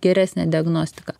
geresnė diagnostika